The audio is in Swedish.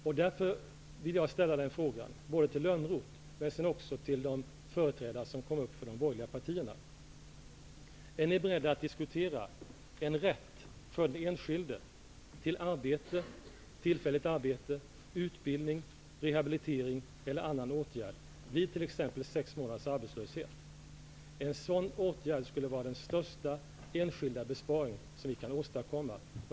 Lönnroth och till de företrädare för de borgerliga partierna som senare kommer upp i debatten: Är ni beredda att diskutera en rätt för den enskilde till tillfälligt arbete, utbildning, rehabilitering eller annan åtgärd vid t.ex. sex månaders arbetslöshet? En sådan åtgärd skulle vara den största enskilda besparing som vi kan åstadkomma.